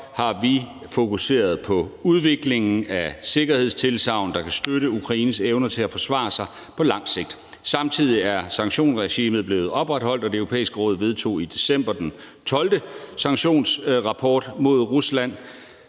har vi fokuseret på udviklingen af sikkerhedstilsagn, der kan støtte Ukraines evne til at forsvare sig på lang sigt. Samtidig er sanktionsregimet blevet opretholdt, og Det Europæiske Råd vedtog i december den 12. sanktionsrapport mod Rusland